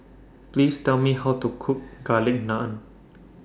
Please Tell Me How to Cook Garlic Naan